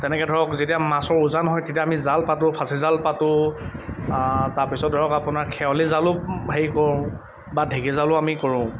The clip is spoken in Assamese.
তেনেকৈ ধৰক যেতিয়া মাছৰ উজান হয় তেতিয়া আমি জাল পাতোঁ ফাঁচি জাল পাতোঁ তাৰপিছত ধৰক আপোনাৰ খেৱালি জালো হেৰি কৰোঁ বা ঢেঁকী জালো আমি কৰোঁ